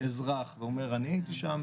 אזרח ואומר אני הייתי שם,